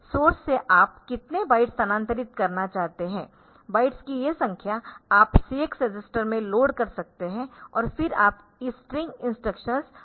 source से आप कितने बाइट्स स्थानांतरित करना चाहते है बाइट्स की ये संख्या आप CS रजिस्टर में लोड कर सकते है और फिर आप इस स्ट्रिंग इंस्ट्रक्शन MOVs का उपयोग कर सकते है